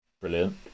brilliant